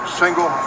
single